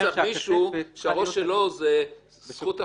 צריך מישהו שהראש שלו זה בזכות החפות.